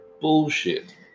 Bullshit